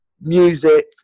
music